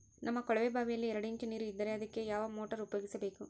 ನಮ್ಮ ಕೊಳವೆಬಾವಿಯಲ್ಲಿ ಎರಡು ಇಂಚು ನೇರು ಇದ್ದರೆ ಅದಕ್ಕೆ ಯಾವ ಮೋಟಾರ್ ಉಪಯೋಗಿಸಬೇಕು?